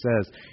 says